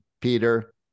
Peter